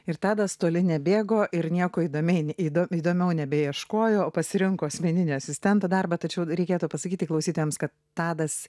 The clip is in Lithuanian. ir tadas toli nebėgo ir nieko įdomiai įdom įdomiau nebeieškojo o pasirinko asmeninio asistento darbą tačiau d reikėtų pasakyti klausytojams kad tadas